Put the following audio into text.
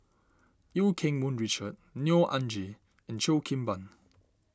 Eu Keng Mun Richard Neo Anngee and Cheo Kim Ban